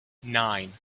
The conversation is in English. nine